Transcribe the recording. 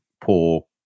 poor